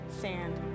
Sand